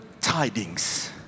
tidings